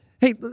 Hey